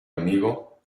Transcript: amigo